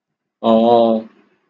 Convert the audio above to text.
orh